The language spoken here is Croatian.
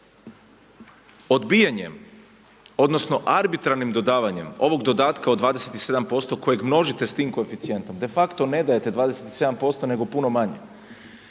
Odbijanjem odnosno arbitralnim dodavanjem ovog dodatka od 27% kojeg množite s tim koeficijentom defakto ne dajete 27% nego puno manje.